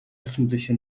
öffentliche